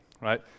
right